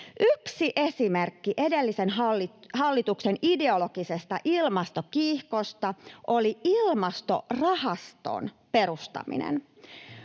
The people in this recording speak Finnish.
Yksi esimerkki edellisen hallituksen ideologisesta ilmastokiihkosta oli Ilmastorahaston perustaminen.